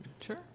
Sure